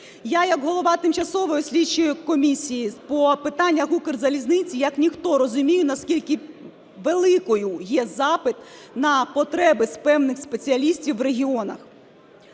Я як голова Тимчасової слідчої комісії по питанням Укрзалізниці як ніхто розумію, наскільки великим є запит на потреби з певних спеціалістів в регіонах.